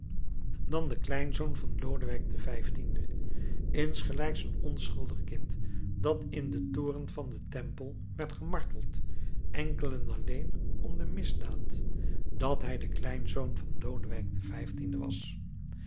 dan de kleinzoon van lodewijk xv insgelijks een onschuldig kind dat in den toren van den tempel werd gemarteld enkel en alleen om de misdaad dat hij de kleinzoon van lodewijk xv was